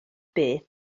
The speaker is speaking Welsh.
beth